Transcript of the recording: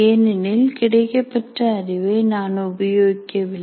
ஏனெனில் கிடைக்கப்பெற்ற அறிவை நான் உபயோகிக்கவில்லை